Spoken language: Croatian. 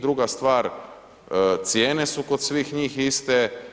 Druga stvar, cijene su kod svih njih iste.